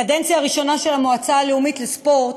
הקדנציה הראשונה של המועצה הלאומית לספורט,